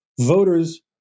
voters